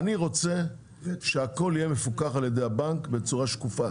אני רוצה שהכול יהיה מפוקח על ידי הבנק בצורה שקופה